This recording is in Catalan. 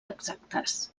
exactes